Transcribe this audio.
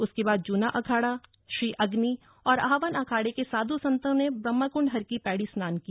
उसके बाद जूना अखाड़ा श्री अग्नि और आवाहन अखाड़े के साधु संतों ने ब्रह्मकुंड हरकी पैड़ी स्नान किया